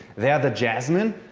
they have the jasmine.